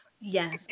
yes